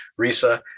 Risa